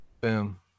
boom